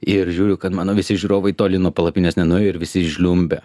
ir žiūriu kad mano visi žiūrovai toli nuo palapinės nenuėjo ir visi žliumbia